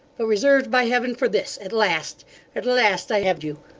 but reserved by heaven for this at last at last i have you.